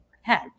head